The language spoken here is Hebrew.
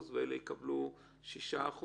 ואלה יקבלו 6%?